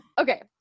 Okay